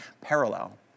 parallel